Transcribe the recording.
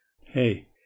Hey